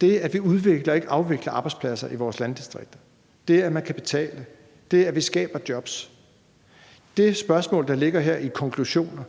det, at vi udvikler og ikke afvikler arbejdspladser i vores landdistrikter; det, at man kan betale; og det, at vi skaber jobs. Det spørgsmål, der ligger her i konklusioner,